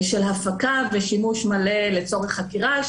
הפקה ושימוש מלא לצורך חקירה,